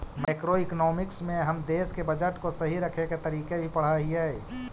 macroeconomics में हम देश के बजट को सही रखे के तरीके भी पढ़अ हियई